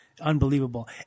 unbelievable